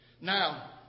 Now